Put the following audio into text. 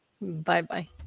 Bye-bye